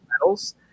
medals